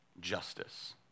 justice